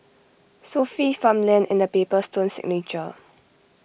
Sofy Farmland and the Paper Stone Signature